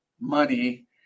money